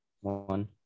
one